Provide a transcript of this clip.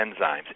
enzymes